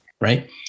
right